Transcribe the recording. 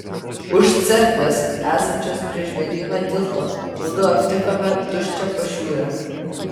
už cerkvės esančios prie žvėryno tilto mudu aptikome tuščią pašiūrę